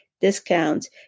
discounts